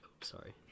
Sorry